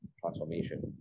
transformation